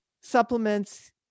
supplements